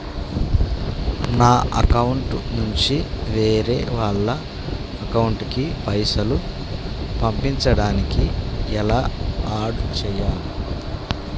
నా అకౌంట్ నుంచి వేరే వాళ్ల అకౌంట్ కి పైసలు పంపించడానికి ఎలా ఆడ్ చేయాలి?